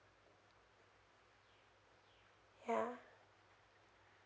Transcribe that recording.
yeah